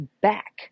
back